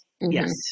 yes